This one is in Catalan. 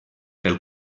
pel